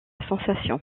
sensation